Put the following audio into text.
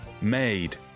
made